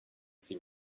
seem